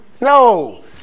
No